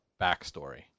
backstory